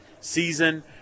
season